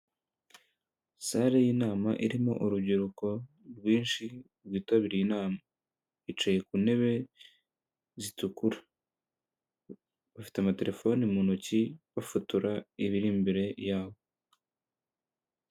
Sare y'inama irimo urubyiruko rwinshi rwitabiriye inama, bicaye ku ntebe zitukura, bafite amatelefone mu ntoki bafotora ibiri imbere yabo.